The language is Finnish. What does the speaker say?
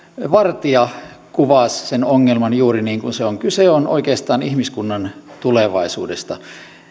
vartia kuvasi sen ongelman juuri niin kuin se on kyse on oikeastaan ihmiskunnan tulevaisuudesta